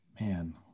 man